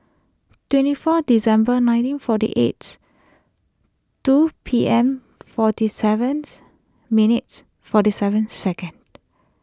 twenty four December nineteen forty eight two P M forty seven minutes forty seven second